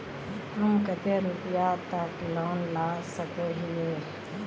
हम कते रुपया तक लोन ला सके हिये?